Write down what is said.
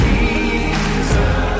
Jesus